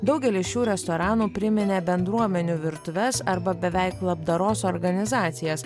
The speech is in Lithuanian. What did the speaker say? daugelis šių restoranų priminė bendruomenių virtuves arba beveik labdaros organizacijas